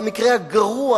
במקרה הגרוע